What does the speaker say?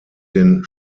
den